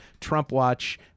TrumpWatch